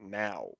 now